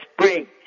spring